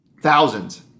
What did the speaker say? Thousands